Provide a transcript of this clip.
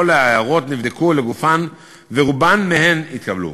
כל ההערות נבדקו לגופן, ורובן התקבלו.